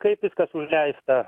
kaip viskas užleista